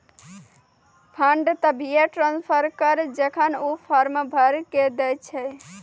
fund तभिये transfer करऽ जेखन ऊ फॉर्म भरऽ के दै छै